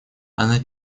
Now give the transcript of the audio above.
она